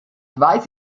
weiß